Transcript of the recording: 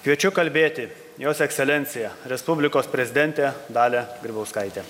kviečiu kalbėti jos ekscelenciją respublikos prezidentę dalią grybauskaitę